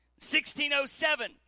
1607